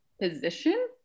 position